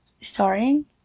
starting